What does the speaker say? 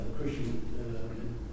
Christian